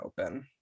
open